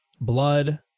blood